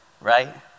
right